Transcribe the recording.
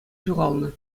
ҫухалнӑ